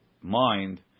mind